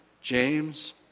James